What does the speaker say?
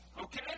okay